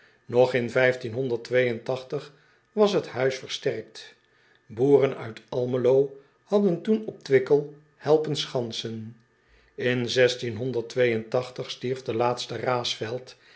og in was het huis versterkt oeren uit lmelo hadden toen op wickel helpen schansen n stierf de laatste